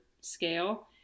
scale